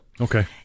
Okay